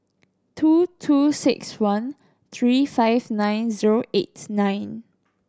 two two six one three five nine zero eight nine